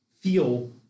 feel